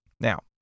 Now